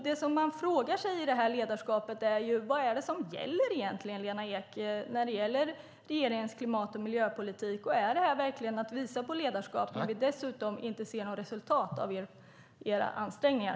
Beträffande ledarskapet vill jag fråga: Vad är det egentligen som gäller, Lena Ek, i fråga om regeringens klimat och miljöpolitik? Är det verkligen att visa på ledarskap när vi inte ser några resultat av era ansträngningar?